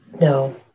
No